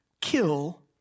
kill